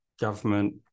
government